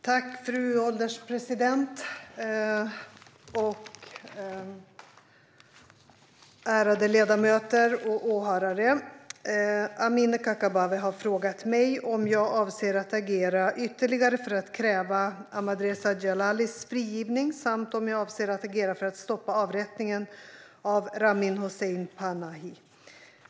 Svar på interpellationer Fru ålderspresident, ärade ledamöter och åhörare! Amineh Kakabaveh har frågat mig om jag avser att agera ytterligare för att kräva Ahmadreza Djalalis frigivning samt om jag avser att agera för att stoppa avrättningen av Ramin Hossein Panahi.